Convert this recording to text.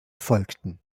folgten